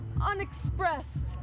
unexpressed